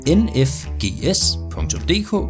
nfgs.dk